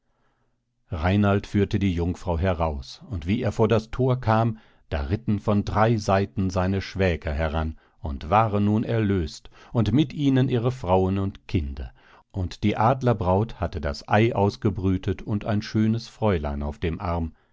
reinald führte die jungfrau heraus und wie er vor das thor kam da ritten von drei seiten seine schwäger heran und waren nun erlöst und mit ihnen ihre frauen und kinder und die adlerbraut hatte das ei ausgebrütet und ein schönes fräulein auf dem arm